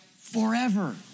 forever